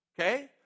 okay